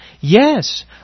Yes